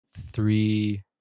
three